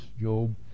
Job